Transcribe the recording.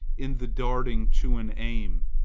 in the darting to an aim.